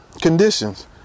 conditions